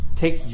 take